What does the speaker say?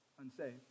unsaved